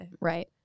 right